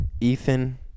Ethan